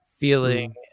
feeling